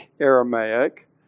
Aramaic